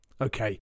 Okay